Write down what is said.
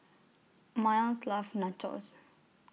Myles loves Nachos